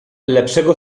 lepszego